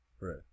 Right